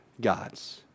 gods